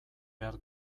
behar